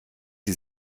die